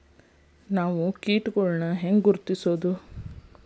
ನಾವ್ ಕೇಟಗೊಳ್ನ ಹ್ಯಾಂಗ್ ಗುರುತಿಸೋದು?